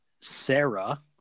Sarah